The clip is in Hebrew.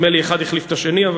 נדמה לי האחד החליף את השני.